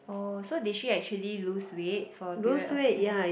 oh so did she actually lose weight for a period of time